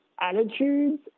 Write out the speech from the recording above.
attitudes